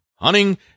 hunting